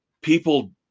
people